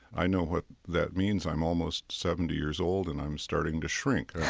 i know what that means. i'm almost seventy years old and i'm starting to shrink